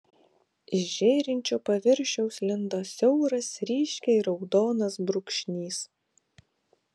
iš žėrinčio paviršiaus lindo siauras ryškiai raudonas brūkšnys